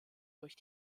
durch